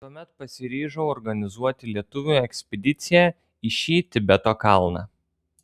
tuomet pasiryžau organizuoti lietuvių ekspediciją į šį tibeto kalną